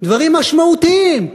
דברים משמעותיים.